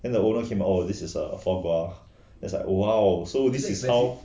then the older came out oh this is err foie gras then I like oh !whoa!